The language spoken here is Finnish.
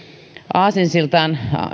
aasinsiltaa